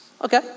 Okay